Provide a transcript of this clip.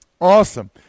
Awesome